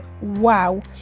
wow